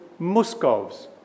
Muscovs